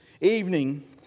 evening